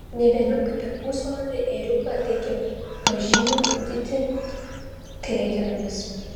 ne vėliau kaip per pusvalandį ėriuką reikia pažindyti krekenomis